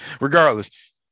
Regardless